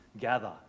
gather